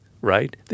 right